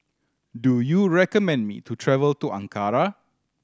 do you recommend me to travel to Ankara